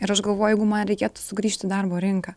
ir aš galvoju jeigu man reikėtų sugrįžti į darbo rinką